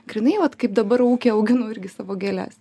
grynai vat kaip dabar ūky auginu irgi savo gėles